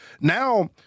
now –